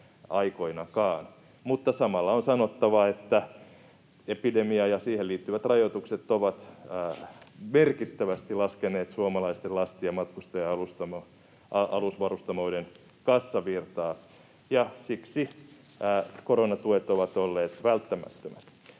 mutta samalla on sanottava, että epidemia ja siihen liittyvät rajoitukset ovat merkittävästi laskeneet suomalaisten lasti- ja matkustaja-alusvarustamoiden kassavirtaa, ja siksi koronatuet ovat olleet välttämättömät.